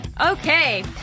Okay